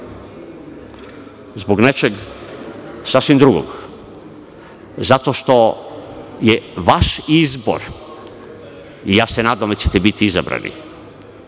Zbog nečeg sasvim drugog. Zato što je vaš izbor i ja se nadam da ćete biti izabrani,